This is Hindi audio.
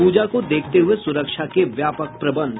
पूजा को देखते हुये सुरक्षा के व्यापक प्रबंध